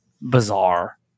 bizarre